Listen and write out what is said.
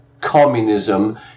communism